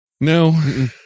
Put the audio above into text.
No